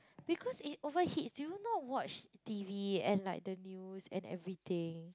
because it overheats do you not watch T_V and like the news and everything